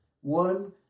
One